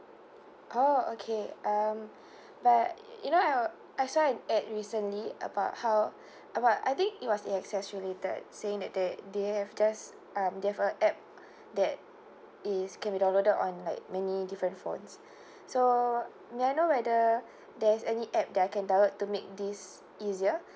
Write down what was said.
orh okay um but you know I were I saw an ad recently about how about I think it was the A_X_S related saying that they they have just um they have a app that is can be downloaded on like many different phones so may I know whether there is any app that I can download to make this easier